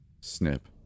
Snip